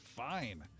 fine